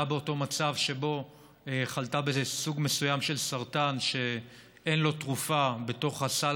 מצב שבו חלתה בסוג מסוים של סרטן שאין לו תרופה בתוך הסל